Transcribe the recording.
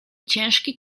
ciężki